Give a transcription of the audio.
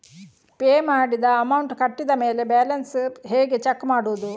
Pay ಮಾಡಿದ amount ಕಟ್ಟಿದ ಮೇಲೆ ಬ್ಯಾಲೆನ್ಸ್ ಹೇಗೆ ಚೆಕ್ ಮಾಡುವುದು?